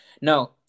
No